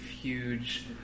huge